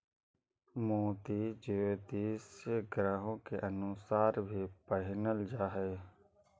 मोती ज्योतिषीय ग्रहों के अनुसार भी पहिनल जा हई